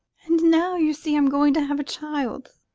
and now, you see, i'm going to have a child.